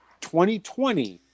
2020